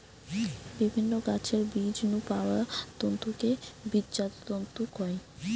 বিভিন্ন গাছের বীজ নু পাওয়া তন্তুকে বীজজাত তন্তু কয়